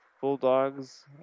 Bulldogs